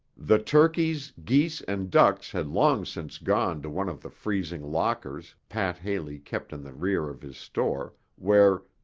the turkeys, geese and ducks had long since gone to one of the freezing lockers pat haley kept in the rear of his store, where,